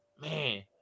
Man